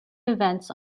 events